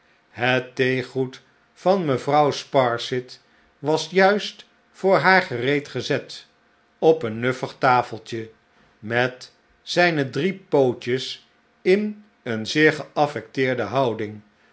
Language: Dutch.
het theegoed van mevrouw sparsit was juist voor haar gereed gezet op een nuffig tafeltje met zijne drie pootjes in een zeer geaffecteerde houding